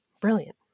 brilliant